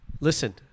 Listen